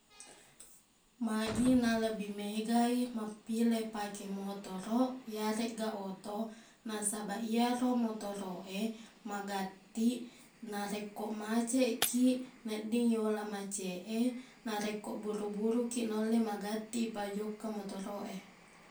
Magina lebih megai mappile pake motoroq iyareqga oto nasabaq iyero motoroq e magattiq narekko macetki nedding iyola macet e narekko buru-burukiq naulle magatti ipajokka motoroq e